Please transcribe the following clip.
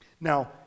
Now